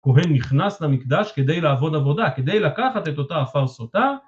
כהן נכנס למקדש כדי לעבוד עבודה, כדי לקחת את אותה הפרסותה